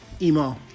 Emo